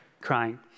crying